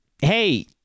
Hey